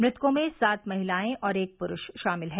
मृतकों में सात महिलायें और एक प्रूष शामिल हैं